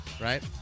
right